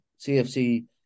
CFC